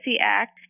Act